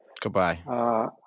Goodbye